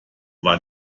war